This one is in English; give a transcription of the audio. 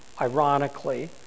ironically